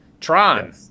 Tron